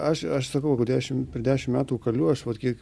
aš aš sakau dešimt per dešimt metų kaliu aš vat kiek